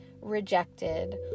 rejected